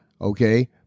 okay